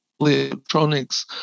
electronics